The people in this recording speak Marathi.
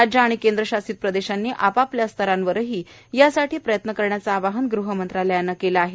राज्य आणि केंद्रशासित प्रदेशांनी आपआपल्या स्तरावरही यासाठी प्रयत्न करण्याचं आवाहन ग़हमंत्रालयानं केलं आहे